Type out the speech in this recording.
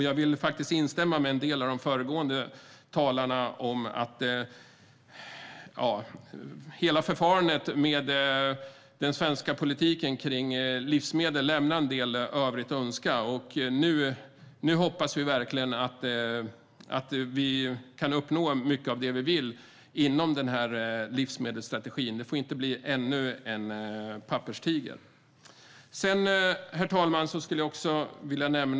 Jag vill instämma med en del av de föregående talarna när det gäller att hela förfarandet med den svenska politiken för livsmedel lämnar en del övrigt att önska. Nu hoppas vi verkligen att vi kan uppnå mycket av det vi vill inom livsmedelsstrategin. Det får inte bli ännu en papperstiger. Herr talman! Jag vill nämna ytterligare en sak.